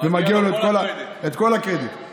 ולמנכ"ל הביטוח הלאומי,